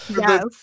Yes